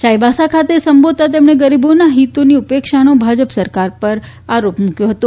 ચાઇબાસા ખાતે સંબોધતા તેમણે ગરીબોનાં હિતોની ઉપેક્ષાનો ભાજપ સરકાર પર આરોપ મૂક્યો હતો